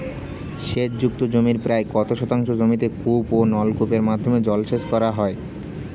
সেচ যুক্ত জমির প্রায় কত শতাংশ জমিতে কূপ ও নলকূপের মাধ্যমে জলসেচ করা হয়?